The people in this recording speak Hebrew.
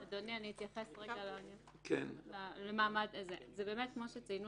אדוני, כמו שציינה